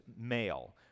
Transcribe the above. male